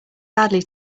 badly